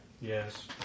Yes